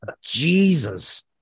jesus